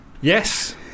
Yes